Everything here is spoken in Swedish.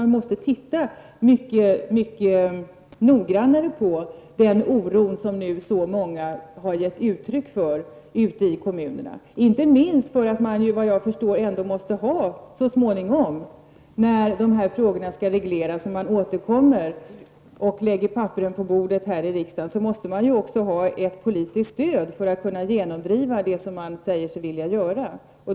Man måste titta mycket noggrannare på den oro som så många ute i kommunerna har gett uttryck för. När dessa frågor så småningom skall regleras och man återkommer till riksdagen och lägger papperen på bordet måste man också ha ett politiskt stöd för att kunna genomdriva det man säger sig vilja göra.